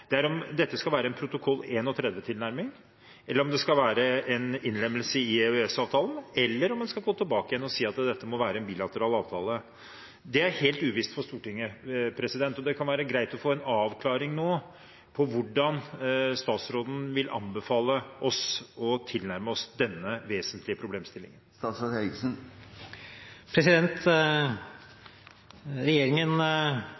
– er om dette skal være en protokoll 31-tilnærming eller om det skal være en innlemmelse i EØS-avtalen, eller om en skal gå tilbake igjen og si at dette må være en bilateral avtale. Det er helt uvisst for Stortinget, og det kan være greit å få en avklaring nå på hvordan statsråden vil anbefale oss å tilnærme oss denne vesentlige problemstillingen.